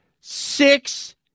Six